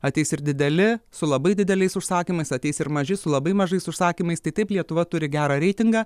ateis ir dideli su labai dideliais užsakymais ateis ir maži su labai mažais užsakymais tai taip lietuva turi gerą reitingą